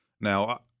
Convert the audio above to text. Now